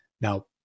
Now